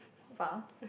vase